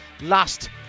last